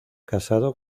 casado